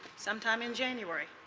sometime in january,